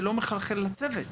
זה לא מחלחל לצוות.